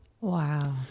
Wow